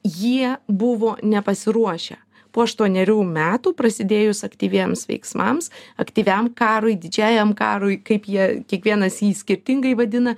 jie buvo nepasiruošę po aštuonerių metų prasidėjus aktyviems veiksmams aktyviam karui didžiajam karui kaip jie kiekvienas jį skirtingai vadina